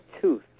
tooth